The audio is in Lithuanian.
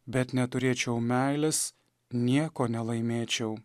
bet neturėčiau meilės nieko nelaimėčiau